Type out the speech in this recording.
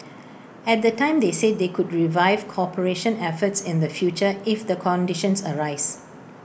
at the time they said they could revive cooperation efforts in the future if the conditions arise